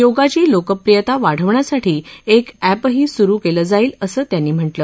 योगाची लोकप्रियता वाढवण्यासाठी एक अॅपही सुरु केलं जाईल असं त्यांनी म्हटलं